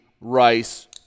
Rice